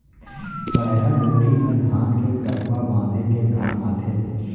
पैरा डोरी ह धान के करपा बांधे के काम आथे